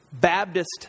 Baptist